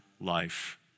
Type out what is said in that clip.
life